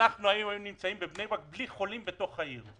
אנחנו היינו נמצאים היום בבני ברק בלי חולים בתוך העיר.